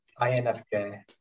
infj